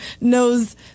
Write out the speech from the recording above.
knows